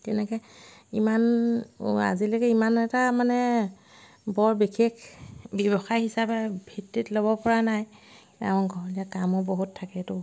তেনেকৈ ইমান আজিলৈকে ইমান এটা মানে বৰ বিশেষ ব্যৱসায় হিচাপে ভিত্তিত ল'ব পৰা নাই ঘৰতে কামো বহুত থাকেতো